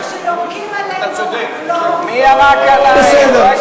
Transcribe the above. שיורקים עלינו ואנחנו לא, מי ירק עלייך?